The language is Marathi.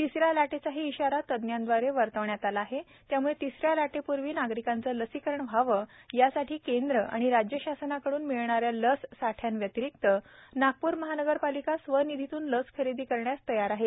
तिसऱ्यालाटेचाहीइशारातजद्वारेवर्तवण्यातआलाआहेत्याम्ळेतिसऱ्याला टेपूर्वीनागरिकांचेलसीकरणव्हावेयासाठीकेंद्रआणिराज्यशासनाकडूनमिळणाऱ्यालससाठ्या व्यातिरिक्तनागप्रमहानगरपालिकास्वनिधीतूनलसखरेदीकरण्यासतयारआहे